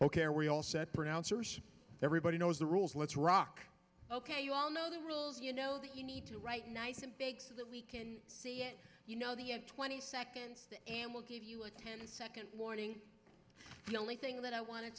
ok we all set pronouncers everybody knows the rules let's rock ok you all know the rules you know that you need to write nice and big so that we can see it you know the in twenty seconds and we'll give you a ten second warning the only thing that i want to